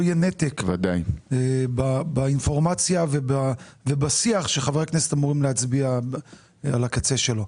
יהיה נתק באינפורמציה ובשיח שחברי הכנסת אמורים להצביע על הקצה שלו.